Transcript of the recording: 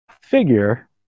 figure